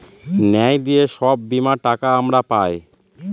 ন্যায় দিয়ে সব বীমার টাকা আমরা পায়